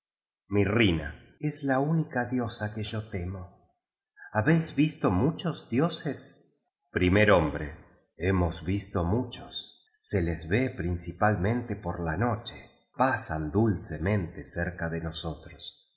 mirrina es la única diosa que yo temo habéis visto muchos dioses primer hombre hemos visto muchos se les ve principal mente por la noche pasan dulcemente cerca de nosotros